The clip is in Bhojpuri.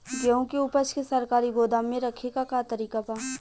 गेहूँ के ऊपज के सरकारी गोदाम मे रखे के का तरीका बा?